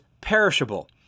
perishable